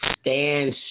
stand